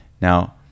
Now